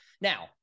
Now